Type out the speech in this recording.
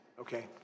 Okay